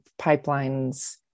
Pipelines